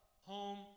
home